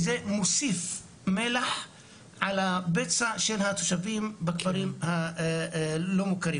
זה מוסיף מלח לפצעים של התושבים בכפרים הלא מוכרים.